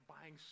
buying